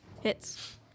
Hits